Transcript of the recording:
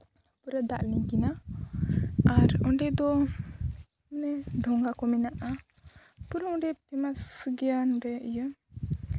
ᱯᱩᱨᱟᱹ ᱫᱟᱜ ᱞᱤᱸᱜᱤᱱᱟ ᱟᱨ ᱚᱸᱰᱮ ᱫᱚ ᱢᱟᱱᱮ ᱰᱷᱚᱸᱜᱟ ᱠᱚ ᱢᱮᱱᱟᱜᱼᱟ ᱯᱩᱨᱟᱹ ᱚᱸᱰᱮ ᱯᱷᱮᱢᱟᱥ ᱜᱮᱭᱟ ᱱᱚᱰᱮ ᱤᱭᱟᱹ